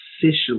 officially